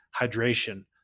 hydration